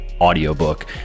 audiobook